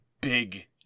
big